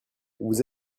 vous